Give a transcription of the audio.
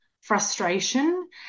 frustration